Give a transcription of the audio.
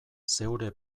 zeure